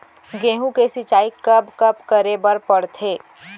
गेहूँ के सिंचाई कब कब करे बर पड़थे?